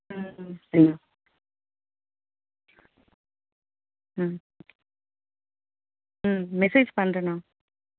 ம் ம் சரிண்ணா ம் ம் மெசேஜ் பண்ணுறண்ணா